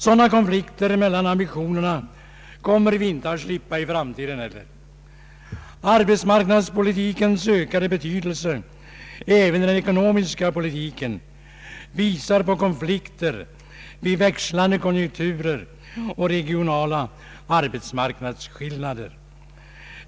Sådana konflikter mellan ambitionerna kommer vi inte att slippa heller i framtiden. = Arbetsmarknadspolitikens ökande betydelse även i den ekonomiska politiken visar på konflikter vid växlande konjunkturer och regionala arbetsmarknadsskillnader.